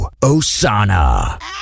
Osana